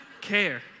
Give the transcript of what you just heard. care